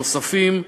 נוספים,